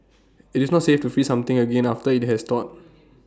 IT is not safe to freeze something again after IT has thawed